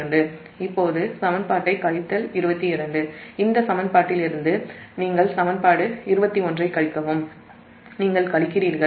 இப்போது இந்த 22 ஆம் சமன்பாட்டிலிருந்து சமன்பாடு 21 ஐக் நீங்கள் கழிக்கிறீர்கள்